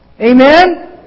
Amen